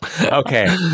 Okay